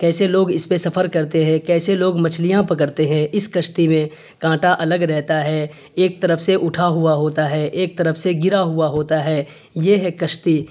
کیسے لوگ اس پہ سفر کرتے ہیں کیسے لوگ مچھلیاں پکڑتے ہیں اس کشتی میں کانٹا الگ رہتا ہے ایک طرف سے اٹھا ہوا ہوتا ہے ایک طرف سے گرا ہوا ہوتا ہے یہ ہے کشتی